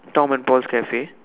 Tom and Paul's Cafe